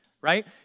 right